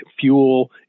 fuel